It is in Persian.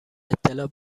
اطلاع